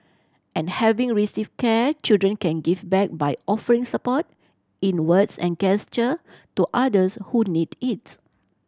and having received care children can give back by offering support in words and gesture to others who need its